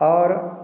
और